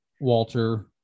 Walter